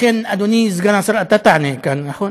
לכן, אדוני, אתה תענה כאן, נכון?